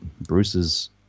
Bruce's